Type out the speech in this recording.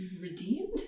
redeemed